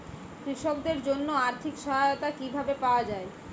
কৃষকদের জন্য আর্থিক সহায়তা কিভাবে পাওয়া য়ায়?